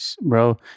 bro